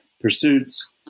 pursuits